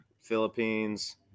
Philippines